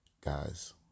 Guys